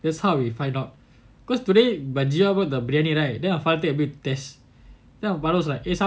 that's how we find out cause today but giwa brought the briyani right then my father take a bit test then my father was like